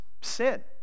sin